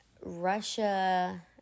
Russia